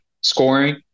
scoring